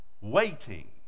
waiting